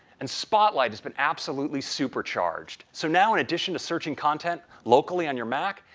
and spotlight has been absolutely super charged. so now, in addition to searching content locally in your mac,